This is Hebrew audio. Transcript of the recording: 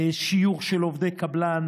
שיוך של עובדי קבלן